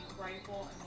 rifle